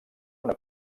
una